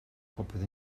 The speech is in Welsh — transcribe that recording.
popeth